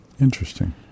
Interesting